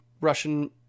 russian